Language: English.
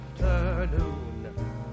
afternoon